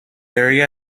area